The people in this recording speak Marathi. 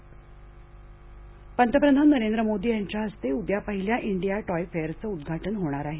टॉय फेयर पंतप्रधान नरेंद्र मोदी यांच्या हस्ते उद्या पहिल्या इंडिया टॉय फेयरचं उद्घाटन होणार आहे